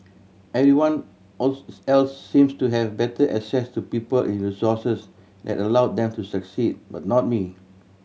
everyone else seems to have better access to people and resources that allowed them to succeed but not me